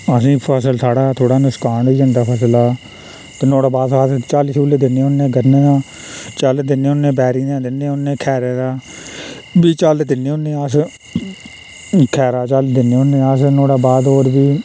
असें फसल थोह्ड़ा नकसान होई जंदा फसला दा ते नुहाड़े बाद अस झल झुल्ल दिन्ने होन्ने गरने दा झल दिन्ने होन्ने बैरी दा दिन्ने होन्ने खैरे दा बी झल दिन्ने होन्ने अस खैरा झल दिन्ने होन्ने अस नुहाड़ा हा बाद च होर बी